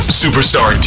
superstar